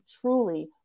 truly